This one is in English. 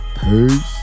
Peace